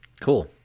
Cool